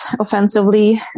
offensively